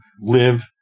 live